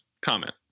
comment